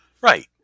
Right